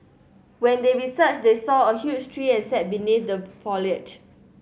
when they research they saw a huge tree and sat beneath the foliage